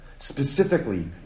Specifically